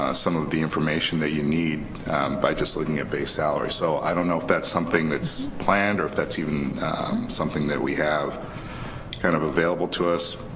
ah some of the information that you need by just looking at base salaries, so i don't know if that's something that's planned or if that's even something that we have kind of available to us,